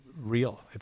real